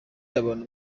abantu